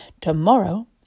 Tomorrow